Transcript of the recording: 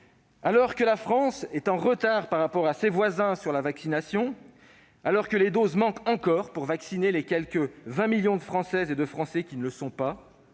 Alors que la France est en retard par rapport à ses voisins en matière de vaccination, alors que les doses manquent encore pour vacciner les quelque 20 millions de Françaises et de Français qui ne le sont pas,